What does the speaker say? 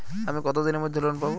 আমি কতদিনের মধ্যে লোন পাব?